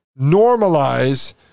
normalize